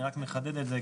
אני רק מחדד את זה.